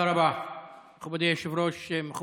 אתה כחבר כנסת תעסוק, לא